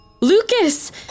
Lucas